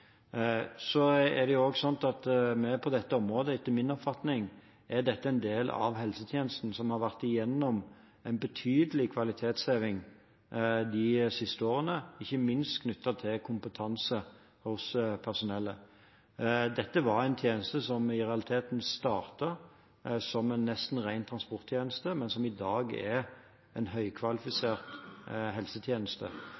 Etter min oppfatning er dette en del av helsetjenesten som har vært igjennom en betydelig kvalitetsheving de siste årene, ikke minst knyttet til kompetanse hos personellet. Dette var en tjeneste som i realiteten nesten startet som en ren transporttjeneste, men som i dag er en